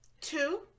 Two